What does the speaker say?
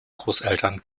großeltern